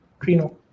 Trino